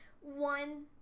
one